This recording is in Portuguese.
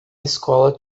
escola